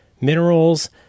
minerals